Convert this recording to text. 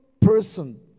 person